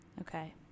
okay